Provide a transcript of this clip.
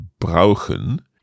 brauchen